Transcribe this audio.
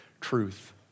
truth